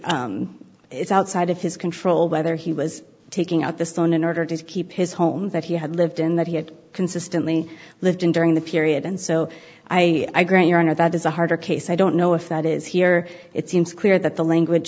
the it's outside of his control whether he was taking out the stone in order to keep his home that he had lived in that he had consistently lived in during the period and so i know that is a harder case i don't know if that is here it seems clear that the language